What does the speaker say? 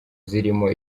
zirimo